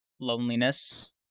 loneliness